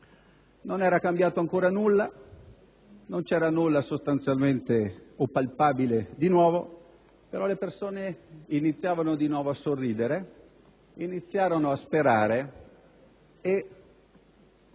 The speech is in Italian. Non era cambiato ancora nulla, non c'era nulla di sostanziale o palpabile di nuovo, però le persone iniziavano di nuovo a sorridere; iniziarono a sperare ed,